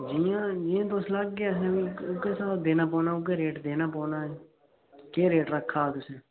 जियां तुस लागै उग्गै स्हाब देना पौना उग्गा रेट देना पौना केह् रेट रक्खे दा तुसें